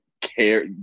care